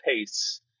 pace